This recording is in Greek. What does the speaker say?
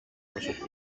προσοχή